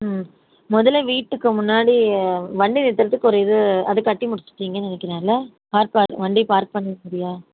ம் முதல்ல வீட்டுக்கு முன்னாடி வண்டி நிறுத்துகிறதுக்கு ஒரு இது அதை கட்டி முடிச்சுட்டிங்கன்னு நினைக்கிறேன் இல்லை கார் பார்க் வண்டி பார்க் பண்ணி வசதியாக